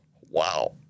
Wow